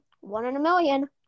one-in-a-million